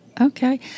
Okay